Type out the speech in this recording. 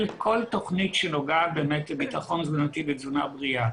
כל תוכנית שנוגעת לביטחון תזונתי ותזונה בריאה.